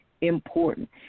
important